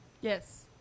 Yes